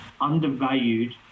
undervalued